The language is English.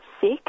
sick